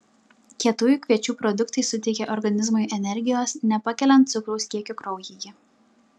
kietųjų kviečių produktai suteikia organizmui energijos nepakeliant cukraus kiekio kraujyje